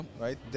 right